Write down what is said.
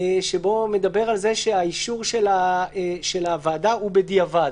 שמדבר על זה שהאישור של הוועדה הוא בדיעבד.